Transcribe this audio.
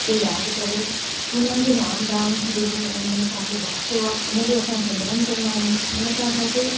के यादि करे हुननि जो नाम दान जेको उन्हनि असांखे बक्शियो आहे उन जो अ सां सिमरन कंदा आहियूं हुन सां असांखे